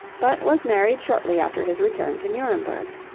but was married shortly after his return to nuremberg.